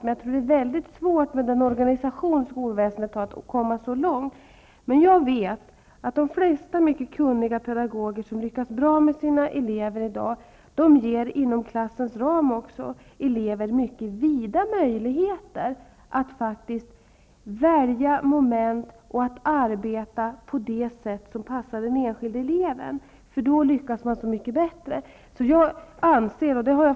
Men jag tror att det är mycket svårt att komma så långt med den organisation som skolväsendet har. Jag vet att de flesta mycket kunniga pedagoger som i dag lyckas bra med sina elever inom klassens ram ger elever mycket vida möjligheter att välja moment och arbeta på det sätt som passar den enskilde eleven. Då lyckas man mycket bättre.